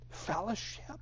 fellowship